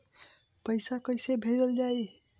पैसा कैसे भेजल जाइ?